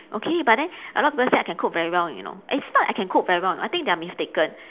okay but then a lot of people say I can cook very well you know it's not that I can cook very well you know I think they are mistaken